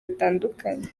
bitandukanye